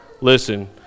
listen